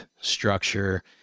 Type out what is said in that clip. structure